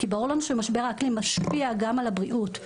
כי ברור לנו שמשבר האקלים משפיע גם על הבריאות,